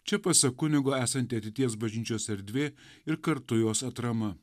čia pasak kunigo esanti ateities bažnyčios erdvė ir kartu jos atrama